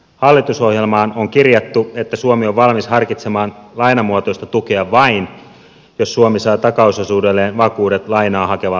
hallitusohjelmaan on kirjattu että suomi on valmis harkitsemaan lainamuotoista tukea vain jos suomi saa takausosuudelleen vakuudet lainaa hakevalta maalta